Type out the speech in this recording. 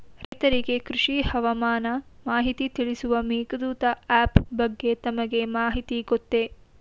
ರೈತರಿಗೆ ಕೃಷಿ ಹವಾಮಾನ ಮಾಹಿತಿ ತಿಳಿಸುವ ಮೇಘದೂತ ಆಪ್ ಬಗ್ಗೆ ತಮಗೆ ಮಾಹಿತಿ ಗೊತ್ತೇ?